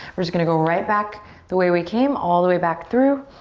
we're just gonna go right back the way we came, all the way back through.